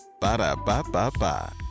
Ba-da-ba-ba-ba